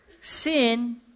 sin